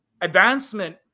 advancement